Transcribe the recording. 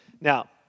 Now